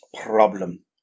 problem